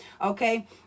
okay